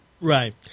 Right